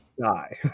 die